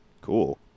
Cool